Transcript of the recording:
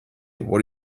what